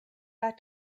war